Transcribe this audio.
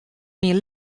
myn